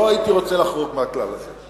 לא הייתי רוצה לחרוג מהכלל הזה.